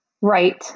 right